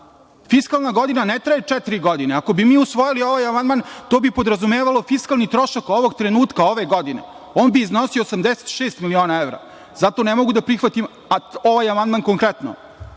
Fiskalna godina ne traje četiri godine. Ako bi mi usvojili ovaj amandman, to bi podrazumevalo fiskalni trošak ovog trenutka, ove godine. On bi iznosio 86 miliona evra. Zato ne mogu da prihvatim ovaj amandman konkretno,